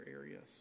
areas